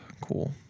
Cool